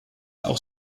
auch